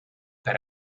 per